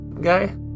...guy